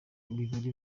bible